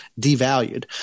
devalued